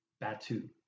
Batu